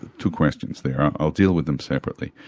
two questions there, i'll deal with them separately.